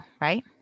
right